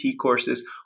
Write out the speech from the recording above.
courses